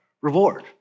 reward